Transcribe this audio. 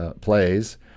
plays